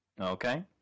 Okay